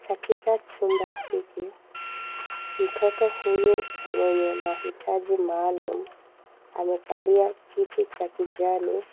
Katika chumba hiki mtoto huyu mwenye mahitaji maalum amekalia kiti cha kijani